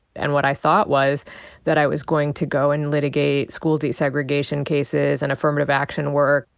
and what i thought was that i was going to go and litigate school desegregation cases and affirmative action work.